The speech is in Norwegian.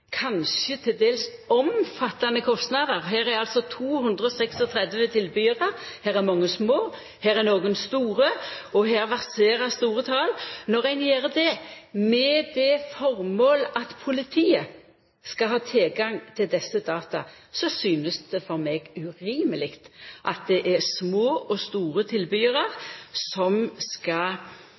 kanskje til dels omfattande kostnader – her er altså 236 tilbydarar, her er mange små, her er nokre store, og her verserer store tal – med det føremålet at politiet skal ha tilgang til desse data, er det urimeleg at det er små og store tilbydarar som skal